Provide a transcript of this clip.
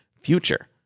future